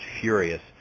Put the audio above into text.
furious